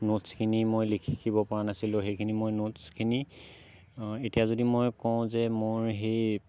ন'ট্চখিনি মই লিখিব পৰা নাছিলো সেইখিনি মই ন'ট্চখিনি এতিয়া যদি মই কওঁ যে মোৰ সেই